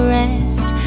rest